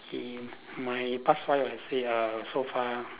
K my past five I would say uh so far